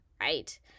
right